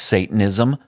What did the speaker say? Satanism